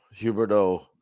Huberto